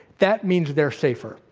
that means they're safer.